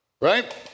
right